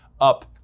up